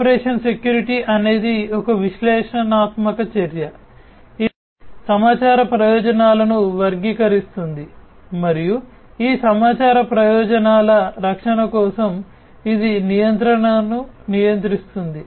operation security అనేది ఒక విశ్లేషణాత్మక చర్య ఇది సమాచార ప్రయోజనాలను వర్గీకరిస్తుంది మరియు ఈ సమాచార ప్రయోజనాల రక్షణ కోసం ఇది నియంత్రణను నియంత్రిస్తుంది